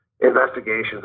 investigations